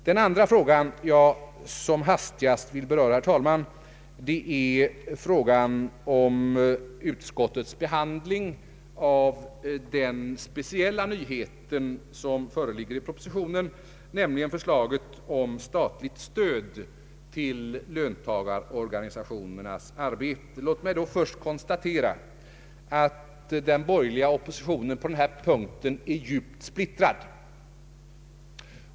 Den andra fråga som jag som hastigast vill beröra, herr talman, gäller utskottets behandling av den speciella nyhet som föreslås i propositionen, nämligen statligt stöd till löntagarorganisationernas studiearbete. Låt mig då först konstatera att den borgerliga oppositionen på denna punkt är djupt splittrad!